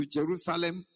Jerusalem